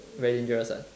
very dangerous [what]